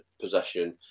possession